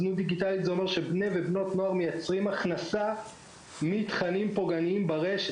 זנות דיגיטלית פירושה שבני נוער מייצרים הכנסת מתכנים פוגעניים ברשת.